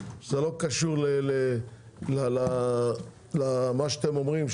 זה לא קשור למה שאתם אומרים,